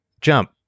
jump